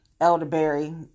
Elderberry